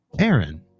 Aaron